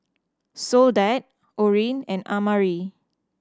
Soledad Orene and Amari